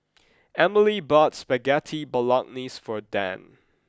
Emely bought Spaghetti Bolognese for Dann